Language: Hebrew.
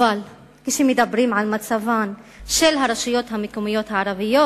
אבל כשמדברים על מצבן של הרשויות המקומיות הערביות,